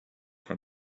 from